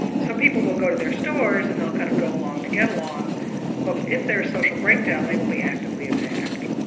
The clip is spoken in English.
so people will go to their stores and they'll kind of go along to get along but if there's a social breakdown they will be actively attacked.